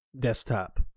desktop